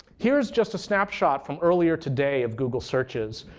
here's just a snapshot from earlier today of google searches.